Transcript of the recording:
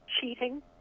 cheating